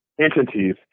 entities